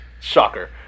Shocker